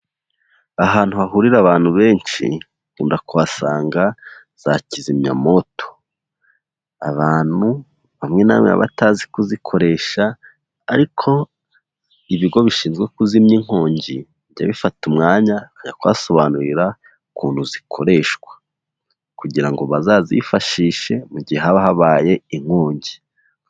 Ahantu hahurira abantu benshi ukunda kubasanga za kizimyamoto, abantu bamwe na bamwe batazi kuzikoresha, ariko ibigo bishinzwe kuzimya inkongi bijya bifata umwanya bikajya kubasobanurira ukuntu zikoreshwa, kugira ngo bazazifashishe mu gihe haba habaye inkongi.